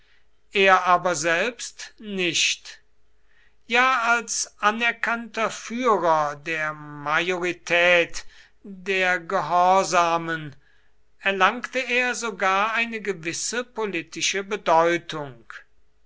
er aber selbst nicht ja als anerkannter führer der majorität der gehorsamen erlangte er sogar eine gewisse politische bedeutung